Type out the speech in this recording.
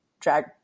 drag